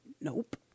Nope